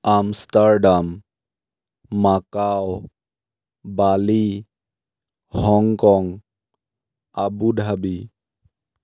Amsterdam Macau Bali Hong Kong Abu Dhabi